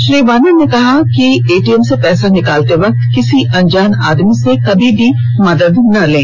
श्री तमिल वानन ने कहा कि एटीएम से पैसा निकालते वक्त किसी अनजान आदमी की मदद ना लें